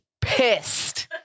pissed